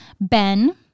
Ben